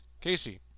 Casey